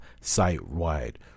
site-wide